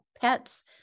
pets